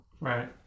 right